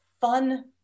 fun